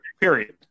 period